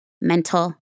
mental